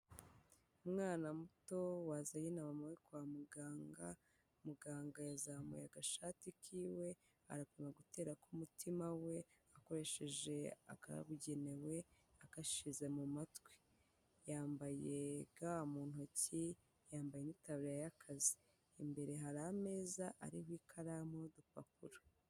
Umwana muto wazanye na mama we kwa muganga, muganga yazamuye agashati k'iwe, arapima gutera k'umutima we akoresheje akabugenewe agashyize mu matwi, yambaye ga mu ntoki, yambaye n'itaburiya y'akazi, imbere hari ameza ariho ikaramu n'udupapuro.